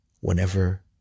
whenever